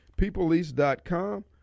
peoplelease.com